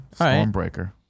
Stormbreaker